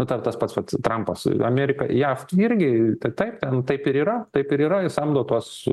nu ten tas pats vat trampas amerika jav irgi tai taip ten taip ir yra taip ir yra jie samdo tuos